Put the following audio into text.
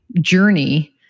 journey